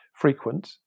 frequent